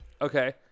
Okay